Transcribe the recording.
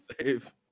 save